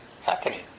happening